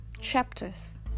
chapters